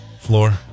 floor